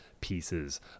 pieces